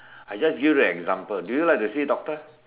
I just give you an example do you like to see doctor